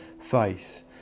faith